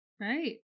Right